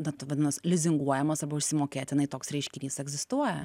da vadinamos lizinguojamos arba išsimokėtinai toks reiškinys egzistuoja